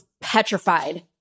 petrified